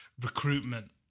recruitment